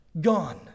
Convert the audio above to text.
gone